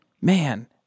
man